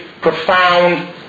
profound